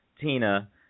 tina